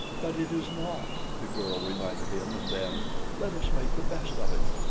but it is not, the girl reminded him, and then let us make the best of it.